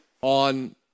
on